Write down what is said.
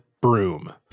broom